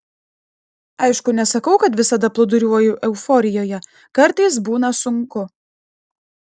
aišku nesakau kad visada plūduriuoju euforijoje kartais būna sunku